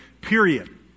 period